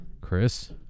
Chris